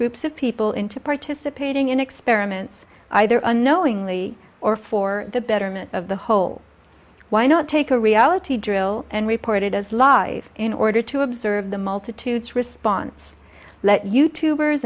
groups of people into participating in experiments either unknowingly or for the betterment of the whole why not take a reality drill and report it as live in order to observe the multitudes response let you t